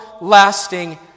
lasting